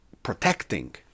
protecting